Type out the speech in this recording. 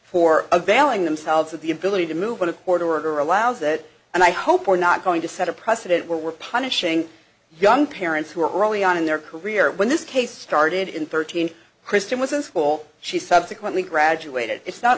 for a valid themselves with the ability to move in a court order allows that and i hope we're not going to set a precedent where we're punishing young parents who are early on in their career when this case started in thirteen kristen was in school she subsequently graduated it's not